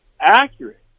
accurate